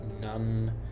none